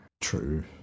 True